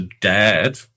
dad